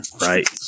Right